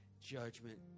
judgment